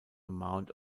amount